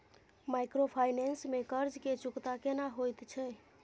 Microfinance में कर्ज के चुकता केना होयत छै?